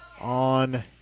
on